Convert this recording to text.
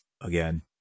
again